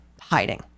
hiding